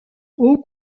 haut